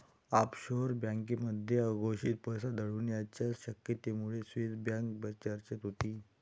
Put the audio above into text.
offshore बँकांमध्ये अघोषित पैसा दडवण्याच्या शक्यतेमुळे स्विस बँक चर्चेत होती